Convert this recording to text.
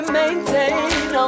maintain